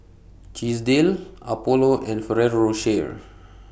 Chesdale Apollo and Ferrero Rocher